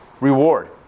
reward